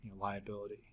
liability